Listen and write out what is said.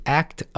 act